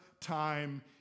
time